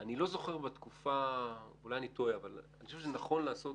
אולי אני טועה אבל אני חושב שנכון לעשות,